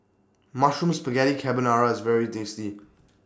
Mushroom Spaghetti Carbonara IS very tasty